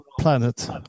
planet